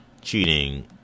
cheating